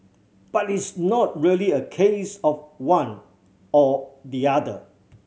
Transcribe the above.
but it's not really a case of one or the other